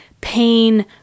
pain